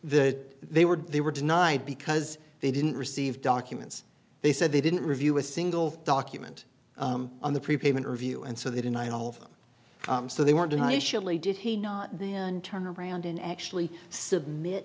the they were they were denied because they didn't receive documents they said they didn't review a single document on the prepayment review and so they deny all of so they weren't high shelly did he not then turn around and actually submit